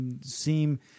seem